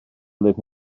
live